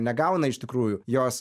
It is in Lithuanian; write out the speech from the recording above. negauna iš tikrųjų jos